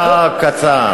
זה קצר.